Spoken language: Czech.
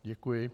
Děkuji.